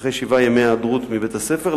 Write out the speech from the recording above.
אחרי שבעה ימי היעדרות מבית-הספר,